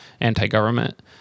anti-government